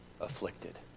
afflicted